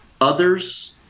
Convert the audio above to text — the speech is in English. others